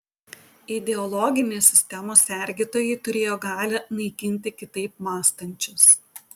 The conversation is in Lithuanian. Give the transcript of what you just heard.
ideologinės sistemos sergėtojai turėjo galią naikinti kitaip mąstančius